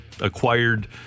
acquired